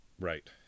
Right